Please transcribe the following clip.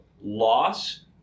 loss